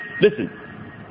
Listen